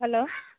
hello